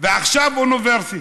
ועכשיו אוניברסיטה.